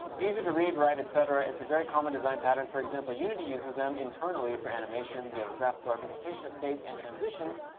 easy to read, write, et cetera. it's a very common design pattern. for example, unity uses them internally for animations. you have a graphical representation of states and transitions.